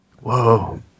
Whoa